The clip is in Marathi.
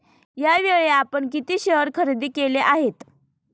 यावेळी आपण किती शेअर खरेदी केले आहेत?